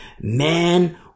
man